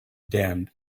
damned